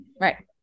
right